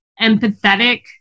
empathetic